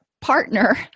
partner